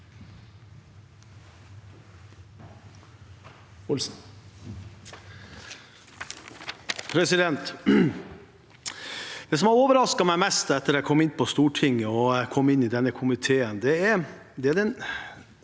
Det som har overrasket meg mest etter at jeg kom inn på Stortinget og kom inn i denne komiteen, er den